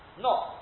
No